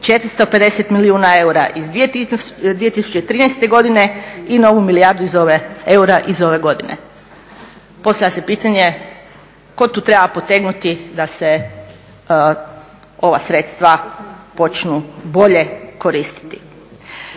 450 milijuna eura iz 2013. godine i novu milijardu eura iz ove godine. Postavlja se pitanje tko tu treba potegnuti da se ova sredstva počnu bolje koristiti?